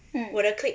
mm